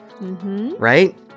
right